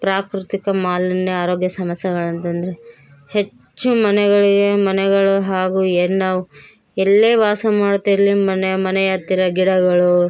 ಪ್ರಾಕೃತಿಕ ಮಾಲಿನ್ಯ ಆರೋಗ್ಯ ಸಮಸ್ಯೆಗಳು ಅಂತಂದರೆ ಹೆಚ್ಚು ಮನೆಗಳಿಗೆ ಮನೆಗಳು ಹಾಗು ಏನು ನಾವು ಎಲ್ಲೇ ವಾಸ ಮಾಡ್ತಿರಲಿ ಮನೆಯ ಮನೆಯ ಹತ್ತಿರ ಗಿಡಗಳು